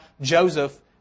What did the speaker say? Joseph